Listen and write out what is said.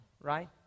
right